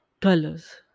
Colors